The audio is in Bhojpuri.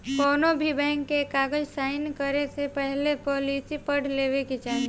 कौनोभी बैंक के कागज़ साइन करे से पहले पॉलिसी पढ़ लेवे के चाही